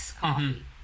coffee